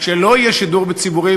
כשלא יהיה שידור ציבורי,